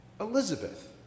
Elizabeth